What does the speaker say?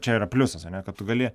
čia yra pliusas ane kad tu gali